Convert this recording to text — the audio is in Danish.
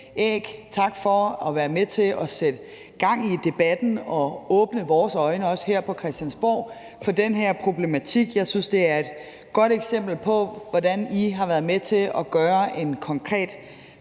æg. Tak for at være med til at sætte gang i debatten og åbne vores øjne også her på Christiansborg for den her problematik. Jeg synes, det er et godt eksempel på, hvordan I har været med til at gøre en konkret